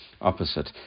opposite